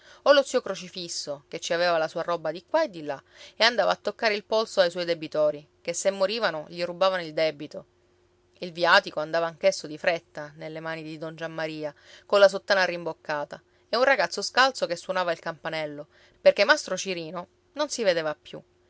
o lo zio crocifisso che ci aveva la sua roba di qua e di là e andava a toccare il polso ai suoi debitori ché se morivano gli rubavano il debito il viatico andava anch'esso di fretta nelle mani di don giammaria colla sottana rimboccata e un ragazzo scalzo che suonava il campanello perché mastro cirino non si vedeva più